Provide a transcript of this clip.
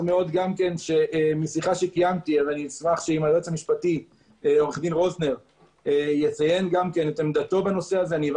אם היועץ המשפטי עו"ד רוזנר יציין את עמדתו בנושא - אשמח.